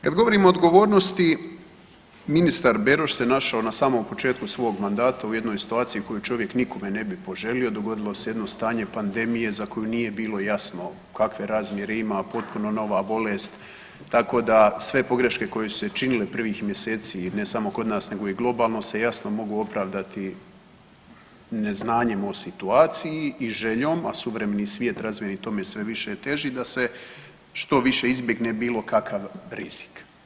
Kad govorimo o odgovornosti, ministar Beroš se našao na samom početku svog mandata u jednoj situaciji koju čovjek nikome ne bi poželio, dogodilo se jedno stanje pandemije za koju nije bilo jasno kakve razmjere ima potpuno nova bolest tako da sve pogreške koje su se činile prvih mjeseci i ne samo kod nas nego i globalno se jasno mogu opravdati neznanjem o situaciji i željom, a suvremeni svijet razvijeni tome sve više teži da se što više izbjegne bilo kakav rizik.